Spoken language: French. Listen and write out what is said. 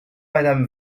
madame